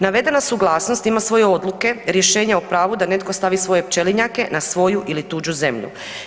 Navedena suglasnost ima svoje odluke rješenja o pravu da netko stavi svoje pčelinjake na svoju ili tuđu zemlju.